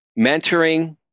mentoring